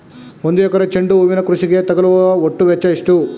ಒಂದು ಎಕರೆ ಚೆಂಡು ಹೂವಿನ ಕೃಷಿಗೆ ತಗಲುವ ಒಟ್ಟು ವೆಚ್ಚ ಎಷ್ಟು?